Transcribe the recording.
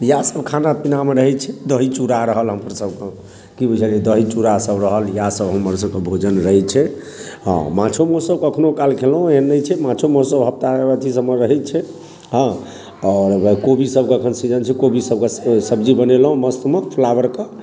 इएह सब खाना पीनामे रहैत छै दही चूड़ा रहल हमरसबके की बुझलियै दही चूड़ा सब रहल इएह सब हमरसबकेँ भोजन रहैत छै हँ माँछो मासू सब कखनो काल खयलहुँ एहन नहि छै माँछो मासू सब हप्ता अथी सबमे रहैत छै हँ आओर कोबी सबके एखन सीजन छै कोबी सबके सब्जी बनेलहुँ मस्तमे फ्लावरके